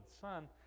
son